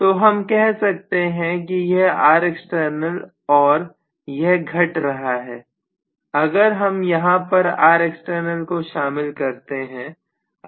तो हम कह सकते हैं कि यह R external और यह घट रहा है अगर हम यहां पर Rext को शामिल करते हैं